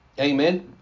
Amen